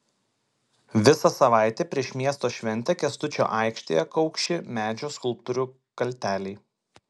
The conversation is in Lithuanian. visą savaitę prieš miesto šventę kęstučio aikštėje kaukši medžio skulptorių kalteliai